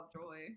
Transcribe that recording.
Joy